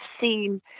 seen